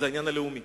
זה העניין הלאומי,